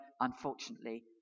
unfortunately